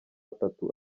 atatu